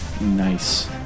nice